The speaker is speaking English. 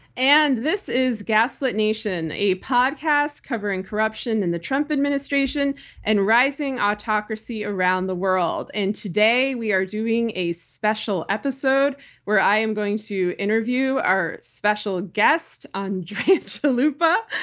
and this is gaslit nation, a podcast covering corruption in the trump administration and rising autocracy around the world. today, we are doing a special episode where i am going to interview our special guest, andrea chalupa,